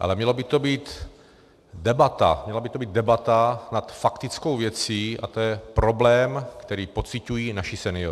ale měla by to být debata nad faktickou věcí, a to je problém, který pociťují naši senioři.